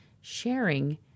sharing